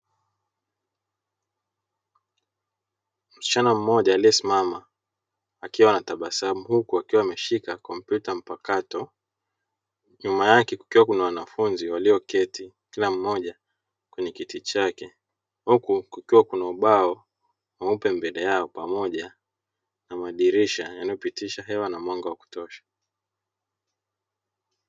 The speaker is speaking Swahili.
Msichana mmoja aliyesimama akiwa anatabasamu huku akiwa ameshika kompyuta mpakato nyuma yake kukiwa na wanafunzi walioketi kila mmoja kwenye kiti chake huku kukiwa na ubao mweupe mbele yao pamoja na madirisha yanayopitisha hewa na mwanga wa kutosha.